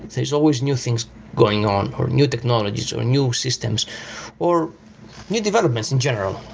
there's always new things going on or new technologies or new systems or new developments in general.